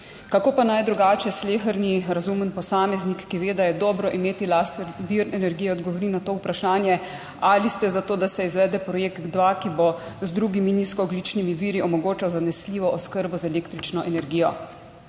Kako pa naj drugače sleherni razumen posameznik, ki ve, da je dobro imeti lasten vir energije, odgovori na to vprašanje: Ali ste za to, da se izvede projekt JEK2, ki bo z drugimi nizkoogljičnimi viri omogočal zanesljivo oskrbo z električno energijo?